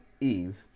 Eve